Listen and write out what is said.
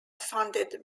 funded